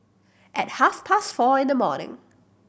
at half past four in the morning